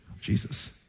Jesus